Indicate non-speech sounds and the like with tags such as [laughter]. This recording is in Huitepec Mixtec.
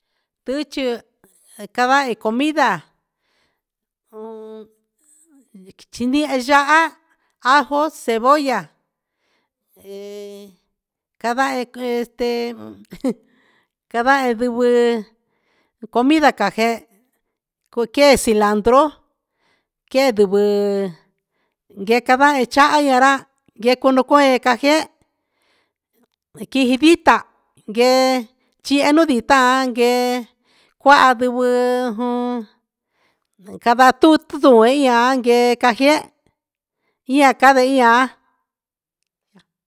Tichi cha javahi comida [hesitation] ti ndihi yaha, ajo, cebolla [hesitation] javahi quitɨ [laughs] javahi savahi ndivɨ comida caje [hesitation] cua quee cilandro quee ndivɨ guecavaha chaha ia ra gueco nocuee cajee quijivita guee chehe nuun ndita guee cuaha ndigui juun cavandutuian guee ca je ia cave ia.